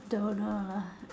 don't know lah